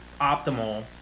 optimal